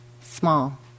small